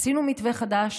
עשינו מתווה חדש.